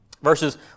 Verses